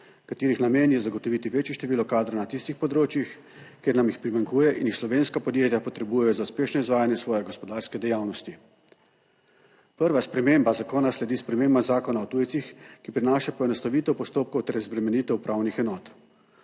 katerih namen je zagotoviti večje število kadrov na tistih področjih, kjer nam jih primanjkuje in jih slovenska podjetja potrebujejo za uspešno izvajanje svoje gospodarske dejavnosti. Prva sprememba zakona sledi spremembam Zakona o tujcih, ki prinaša poenostavitev postopkov ter razbremenitev upravnih enot.